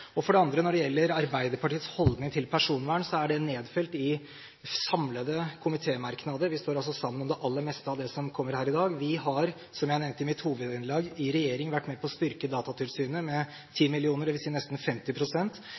Og for det andre: Når det gjelder Arbeiderpartiets holdning til personvern, er det nedfelt i samlede komitémerknader – vi står altså sammen om det aller meste av det som kommer her i dag. Vi har, som jeg nevnte i mitt hovedinnlegg, i regjering vært med på å styrke Datatilsynet med 10 mill. kr, dvs. nesten